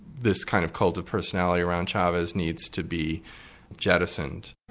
this kind of cult of personality around chavez needs to be jettisoned.